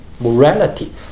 morality